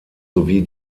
sowie